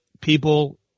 people –